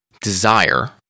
desire